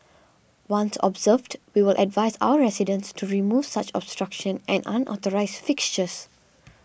once observed we will advise our residents to remove such obstruction and unauthorised fixtures